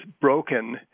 broken